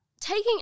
taking